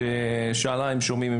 ששאלה אם שומעים.